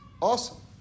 awesome